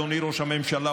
אדוני ראש הממשלה,